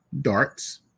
darts